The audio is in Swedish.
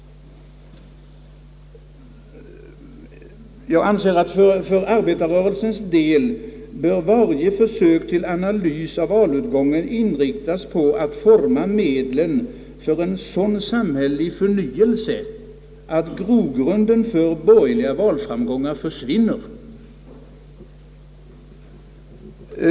För arbetarrörelsens del bör varje försök till analys av valutgången inriktas på att forma medlen för en sådan samhällelig förnyelse att grogrunden för borgerliga valframgångar försvinner.